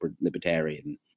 libertarian